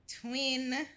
twin